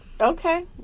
okay